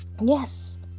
Yes